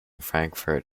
frankfurt